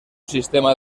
sistema